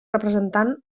representant